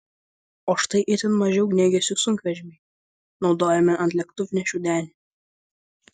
o štai itin maži ugniagesių sunkvežimiai naudojami ant lėktuvnešių denių